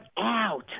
out